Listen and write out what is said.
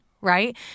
right